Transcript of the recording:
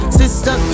sister